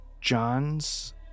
John's